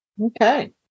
okay